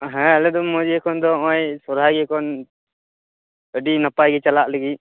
ᱟᱼᱦᱟᱸ ᱟᱞᱮᱫᱚ ᱢᱚᱡᱽ ᱜᱮ ᱮᱠᱷᱚᱱ ᱫᱚ ᱱᱚᱜᱼᱚᱭ ᱥᱚᱨᱦᱟᱭ ᱤᱭᱟᱹ ᱠᱷᱚᱱ ᱟ ᱰᱤ ᱱᱟᱯᱟᱭ ᱜᱮ ᱪᱟᱞᱟᱜ ᱞᱟ ᱜᱤᱜ